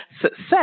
success